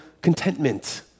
contentment